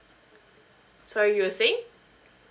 sorry you were saying